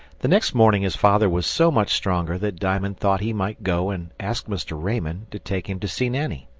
the next morning his father was so much stronger that diamond thought he might go and ask mr. raymond to take him to see nanny.